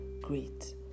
great